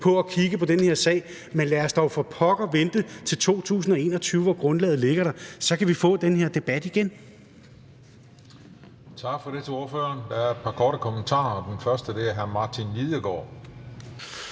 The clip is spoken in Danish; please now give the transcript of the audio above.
til at kigge på den her sag, men lad os dog for pokker vente til 2021, hvor grundlaget ligger der. Så kan vi få den her debat igen.